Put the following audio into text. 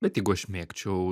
bet jeigu aš mėgčiau